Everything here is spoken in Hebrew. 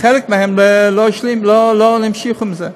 חלק מהם לא המשיך עם זה.